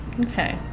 Okay